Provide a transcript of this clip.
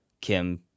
Kim